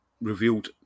revealed